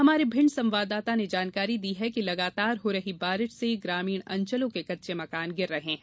हमारे भिण्ड संवाददाता ने जानकारी दी है कि लगातार हो रही बारिश से ग्रामीण अंचलों के कच्चे मकान गिर रहे हैं